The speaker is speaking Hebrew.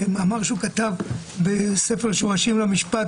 במאמר שהוא כתב בספר שורשים למשפט.